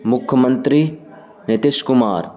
مکھ منتری نیتیش کمار